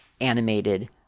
animated